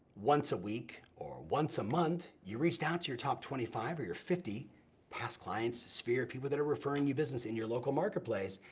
once a week, or once a month, you reached out to your top twenty five or your fifty past clients, sphere, people that are referring you business in your local marketplace,